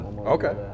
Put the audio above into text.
Okay